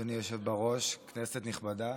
אדוני היושב בראש, כנסת נכבדה,